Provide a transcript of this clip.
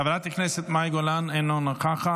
חברת הכנסת מאי גולן, אינה נוכחת.